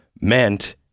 meant